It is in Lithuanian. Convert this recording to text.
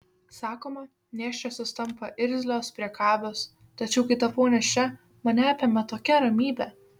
sakoma nėščiosios tampa irzlios priekabios tačiau kai tapau nėščia mane apėmė tokia ramybė